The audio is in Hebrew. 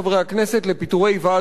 לפיטורי ועד עובדי הרכבת.